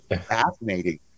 fascinating